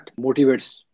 motivates